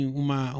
uma